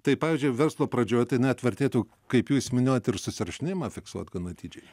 tai pavyzdžiui verslo pradžioj tai net vertėtų kaip jūs minėjot ir susirašinėjimą fiksuot gan atidžiai